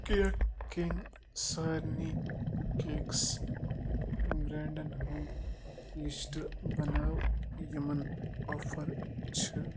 cake کِنۍ سارنٕے cakes بریٚنٛڈن ہُنٛد لِسٹہٕ بناو یِمَن آفر چھِ